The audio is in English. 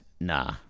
Nah